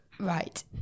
Right